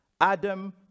adam